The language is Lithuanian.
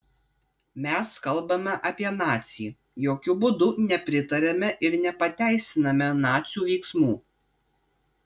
mes kalbame apie nacį jokiu būdu nepritariame ir nepateisiname nacių veiksmų